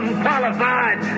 Unqualified